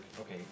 okay